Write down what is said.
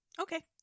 Okay